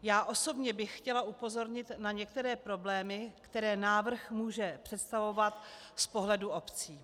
Já osobně bych chtěla upozornit na některé problémy, které návrh může představovat z pohledu obcí.